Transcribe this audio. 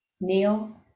Neil